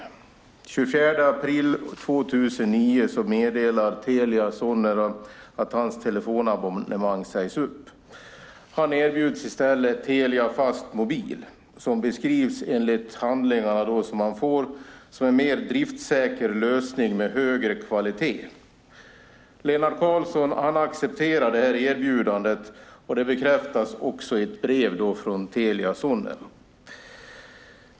Den 24 april 2009 meddelar Telia Sonera att hans telefonabonnemang sägs upp. Han erbjuds i stället Telia Fastmobil. Det beskrivs enligt de handlingar som han då får som en mer driftsäker lösning med högre kvalitet. Lennart Karlsson accepterar erbjudandet, och det bekräftas också i ett brev från Telia Sonera.